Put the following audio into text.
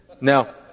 Now